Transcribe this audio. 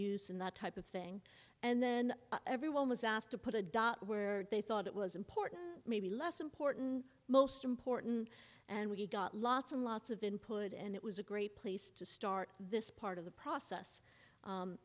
use and that type of thing and then everyone was asked to put a dot where they thought it was important maybe less important most important and we got lots and lots of input and it was a great place to start this part of the process